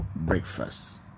Breakfast